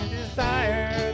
desire